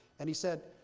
and he said,